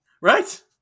Right